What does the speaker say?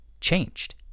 changed